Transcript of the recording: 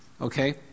Okay